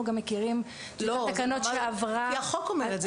אנחנו גם מכירים שורת תקנות שעברה --- כי החוק אומר את זה,